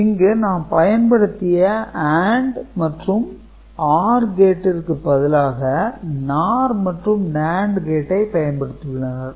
இங்கு நாம் பயன்படுத்திய AND மற்றும் OR கேட்டிற்கு பதிலாக NOR மற்றும் NAND கேட்டை பயன்படுத்தியுள்ளனர்